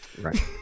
right